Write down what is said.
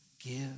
give